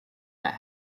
that